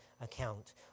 account